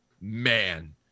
Man